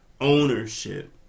ownership